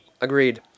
Agreed